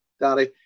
Daddy